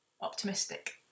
Optimistic